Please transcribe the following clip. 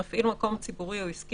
מפעיל קניון או שוק,